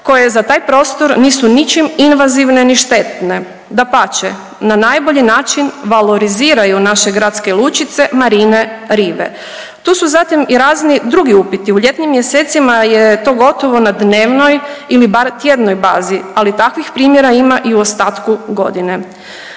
koje za taj prostor nisu ničim invazivne ni štetne, dapače na najbolji način valoriziraju naše gradske lučice, marine, rive. Tu su zatim i razni drugi upiti, u ljetnim mjesecima je to gotovo na dnevnoj ili bar tjednoj bazi, ali takvih primjera ima i u ostatku godine.